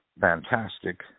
fantastic